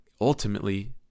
ultimately